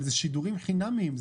אלה שידורים חינמיים.